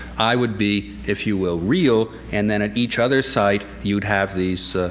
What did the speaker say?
i would be, if you will, real and then at each other's site you'd have these